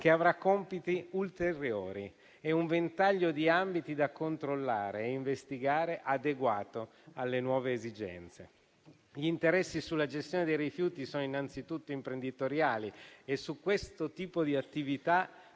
che avrà compiti ulteriori e un ventaglio di ambiti da controllare e investigare adeguato alle nuove esigenze. Gli interessi sulla gestione dei rifiuti sono innanzitutto imprenditoriali e su questo tipo di attività